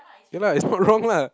ya lah is not wrong lah